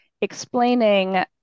explaining